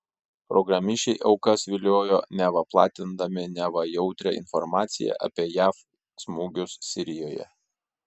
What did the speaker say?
programišiai aukas viliojo neva platindami neva jautrią informaciją apie jav smūgius sirijoje